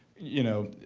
you know.